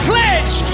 pledge